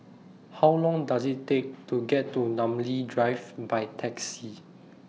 How Long Does IT Take to get to Namly Drive By Taxi